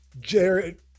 Jared